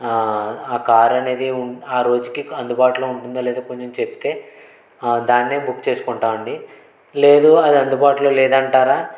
ఆ కార్ అనేది ఉన్ ఆ రోజుకి అందుబాటులో ఉంటుందా లేదో కొంచెం చెప్తే దాన్నే బుక్ చేసుకుంటానండి లేదు అది అందుబాటులో లేదంటారా